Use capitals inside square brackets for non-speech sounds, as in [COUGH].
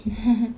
[NOISE]